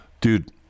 Dude